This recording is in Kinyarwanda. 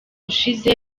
ushize